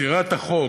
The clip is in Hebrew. ביצירת החוק.